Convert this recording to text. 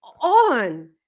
on